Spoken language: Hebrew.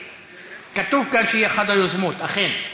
כתוב כאן שהיא אחת היוזמות, אכן.